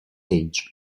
age